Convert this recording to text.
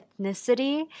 ethnicity